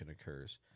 occurs